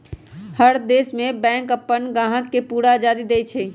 हर देश में बैंक अप्पन ग्राहक के पूरा आजादी देई छई